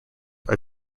are